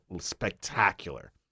spectacular